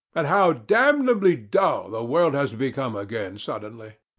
and how damnably dull the world has become again suddenly!